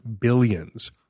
billions